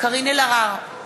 קארין אלהרר,